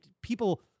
people